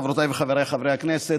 חברותיי וחבריי חברי הכנסת,